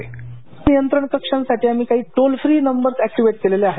ध्वनी नियंत्रण कक्षांसाठी आम्ही काही टोल फ्री नंबर एक्टीवेट केलेले आहेत